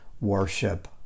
worship